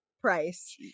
price